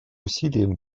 усилиям